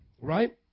right